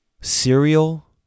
cereal